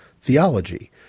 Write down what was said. theology –